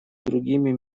другими